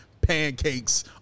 pancakes